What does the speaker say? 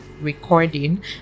recording